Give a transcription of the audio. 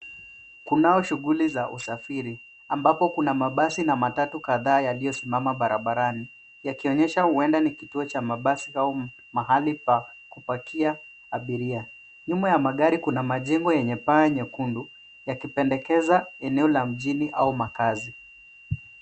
Kunao shughuli za usafiri ambapo kuna matatu na mabasi kadhaa yaliyosimama barabarani, yakionyesha huenda ni kituo cha mabasi au mahali pa kupakia abiria. Nyuma ya magari kuna majengo yenye paa nyekundu, yakipendekeza eneo la mjini au makazi.